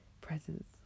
presents